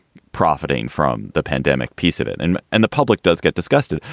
profiting from the pandemic piece of it. and and the public does get disgusted.